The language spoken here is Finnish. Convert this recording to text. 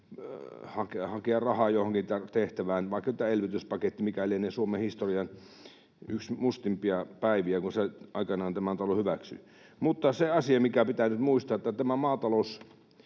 hakea rahaa johonkin tehtävään — oli vaikka tämä elvytyspaketti, ja se lienee yksi Suomen historian mustimpia päiviä, kun sen aikanaan tämä talo hyväksyi. Mutta se asia, mikä pitää nyt muistaa, on se, että tämä maatalouden